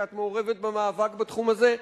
כי את מעורבת במאבק בתחום הזה,